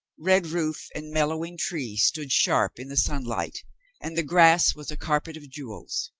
red roof and mellowing tree stood sharp in the sunlight and the grass was a carpet of jewels.